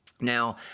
Now